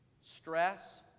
stress